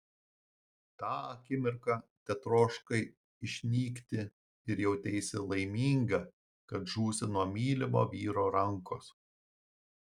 tą akimirką tetroškai išnykti ir jauteisi laiminga kad žūsi nuo mylimo vyro rankos